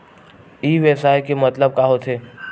ई व्यवसाय के मतलब का होथे?